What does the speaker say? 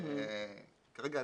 כרגע,